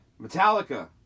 Metallica